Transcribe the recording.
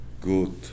good